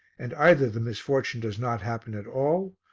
and either the misfortune does not happen at all,